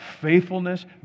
faithfulness